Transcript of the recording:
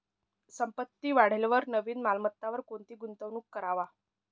संपत्ती वाढेलवर नवीन मालमत्तावर कोणती गुंतवणूक करवा